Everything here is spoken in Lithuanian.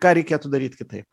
ką reikėtų daryti kitaip